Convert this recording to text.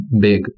big